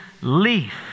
leaf